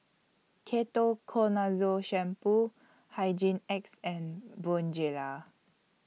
Ketoconazole Shampoo Hygin X and Bonjela